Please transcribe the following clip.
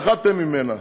פחדתם ממנה.